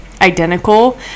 identical